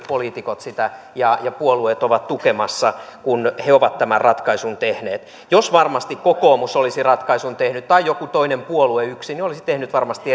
poliitikot ja ja puolueet ovat sitä tukemassa kun he ovat tämän ratkaisun tehneet jos varmasti kokoomus olisi ratkaisun tehnyt tai joku toinen puolue yksin niin olisi tehnyt varmasti